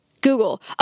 Google